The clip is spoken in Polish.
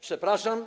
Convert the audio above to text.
Przepraszam.